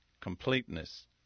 completeness